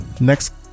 next